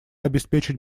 обеспечить